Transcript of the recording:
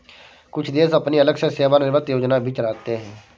कुछ देश अपनी अलग से सेवानिवृत्त योजना भी चलाते हैं